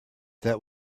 that